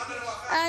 הרווחה, איזה עודפים?